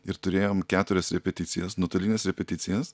ir turėjom keturias repeticijas nuotolines repeticijas